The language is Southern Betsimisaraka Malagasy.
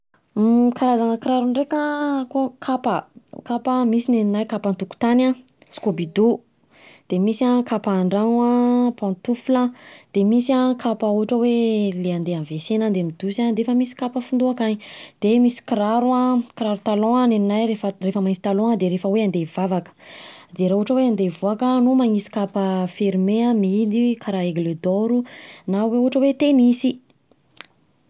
Karazana kiraro ndreka an, akao kapa, kapa misy nenahy kapa an-tokontany an skobido, de misy kapa andragno pentoufle, de misy kapa ohatra hoe le andeha amin'ny wc na andeha amin'ny douche defa misy kapa findao akany, de misy kiraro, kiraro talon nenahy rehefa manisy talon nenahy, rehefa hoe andeha hivavaka, de raha ohatra hoe andeha hivoaka anao manisy kapa fermé mihidy karaha aigle d'or na ohatra hoe tenisy.